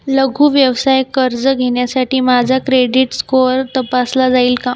लघु व्यवसाय कर्ज घेण्यासाठी माझा क्रेडिट स्कोअर तपासला जाईल का